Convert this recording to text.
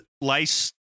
lice